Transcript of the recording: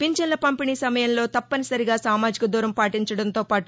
ఫించన్ల పంపిణీ సమయంలో తప్పనిసరిగా సామాజిక దూరం పాటించడంతో పాటు